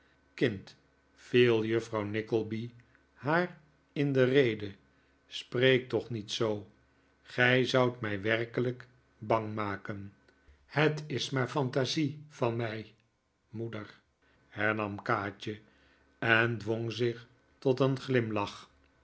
viel juffrouw nickleby haar in de rede spreek toch niet zoo gij zoudt mij werkelijk bang maken het is maar fantasie van mij moeder hernam kaatje en dwong zich tot een giimlach